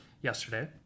yesterday